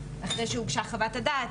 אחרי שהוגשה חוות הדעת,